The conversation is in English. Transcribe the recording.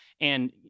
and-